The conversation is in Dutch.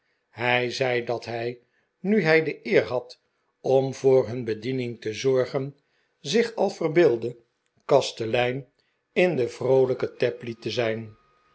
hij zei dat hij nu hij de eer had om voor hun bediening te zorgen zich al verbeeldde kastelein in de vroolijke tapley te zijn